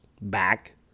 back